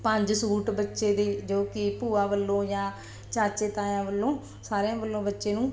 ਪੰਜ ਸੂਟ ਬੱਚੇ ਦੇ ਜੋ ਕਿ ਭੂਆ ਵੱਲੋਂ ਜਾਂ ਚਾਚੇ ਤਾਇਆਂ ਵੱਲੋਂ ਸਾਰਿਆਂ ਵੱਲੋਂ ਬੱਚੇ ਨੂੰ